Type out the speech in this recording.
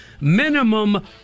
minimum